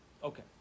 Okay